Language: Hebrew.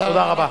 תודה רבה.